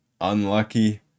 unlucky